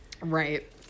Right